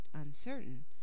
uncertain